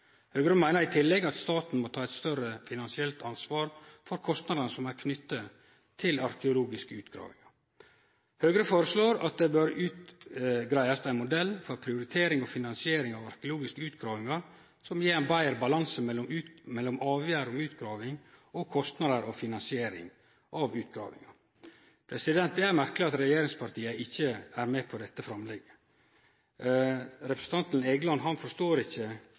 Høgre meiner i tillegg at staten må ta eit større finansielt ansvar for kostnadene som er knytte til arkeologiske utgravingar. Høgre føreslår at det bør utgreiast ein modell for prioritering og finansiering av arkeologiske utgravingar som gjev betre balanse mellom avgjerd om utgraving og kostnader og finansiering av utgravinga. Det er merkeleg at regjeringspartia ikkje er med på dette framlegget. Representanten Egeland forstår ikkje